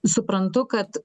suprantu kad